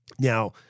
Now